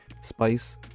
spice